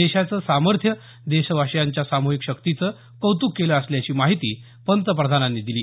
देशाचं सामर्थ्य देशवासीयांच्या साम्रहिक शक्तीचं कौतक केलं असल्याची माहिती पंतप्रधानांनी दिली